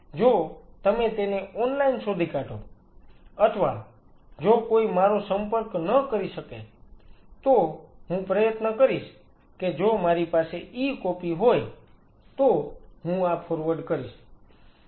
જો તમે તેને ઓનલાઈન શોધી કાઢો અથવા જો કોઈ મારો સંપર્ક ન કરી શકે તો હું પ્રયત્ન કરીશ કે જો મારી પાસે ઈ કોપી હોય તો હું આ ફોરવર્ડ કરીશ